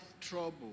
trouble